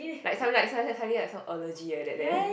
like sud~ sudden suddenly some allergy like that there